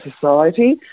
society